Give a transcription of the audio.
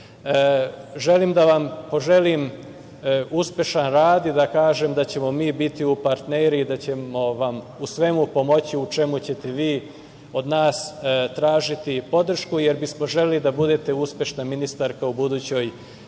želim da vam poželim uspešan rad i da kažem da ćemo mi biti partneri i da ćemo vam u svemu pomoći u čemu ćete vi od nas tražiti podršku, jer bismo želeli da budete uspešna ministarka u budućoj